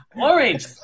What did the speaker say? orange